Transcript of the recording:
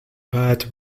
bird